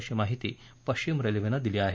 अशी माहिती पश्चिम रेल्वेनं दिली आहे